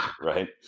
right